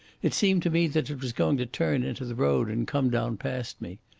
it seemed to me that it was going to turn into the road and come down past me.